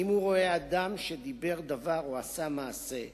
אם הוא רואה אדם, שדיבר דבר או עשה מעשה,